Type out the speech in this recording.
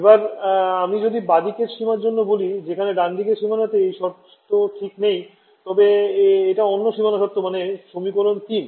এবার আমি যদি বাঁদিকের সীমার জন্য বলি যেখানে ডানদিকের সীমানাতে এই শর্ত ঠিক নেই তবে এটা অন্য সীমানা শর্ত মানে সমীকরণ ৩